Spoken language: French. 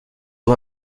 don